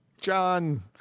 John